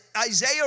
Isaiah